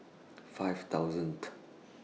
five thousand